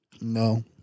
No